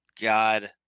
God